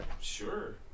Sure